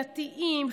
דתיים,